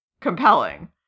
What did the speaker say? compelling